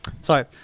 sorry